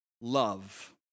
love